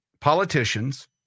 politicians